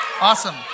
Awesome